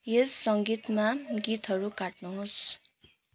यस सङ्गीतमा गीतहरू काट्नुहोस्